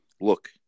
look